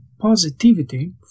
positivity